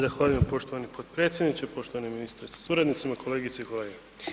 Zahvaljujem poštovani potpredsjedniče, poštovani ministre sa suradnicima, kolegice i kolege.